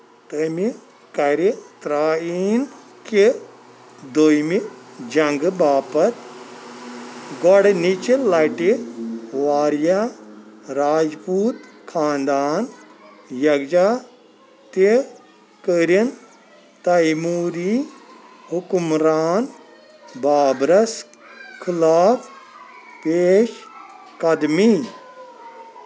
تٔمہِ کٔرِ ترایین کہِ دوٚیمہِ جنگہٕ باپتھ گۄدٕنٕچہِ لٹہِ واریاہ راجپوت خاندان یكھجا تہِ کرٕنۍ تیموری حکمران بابرس خٕلاف پیش قدمی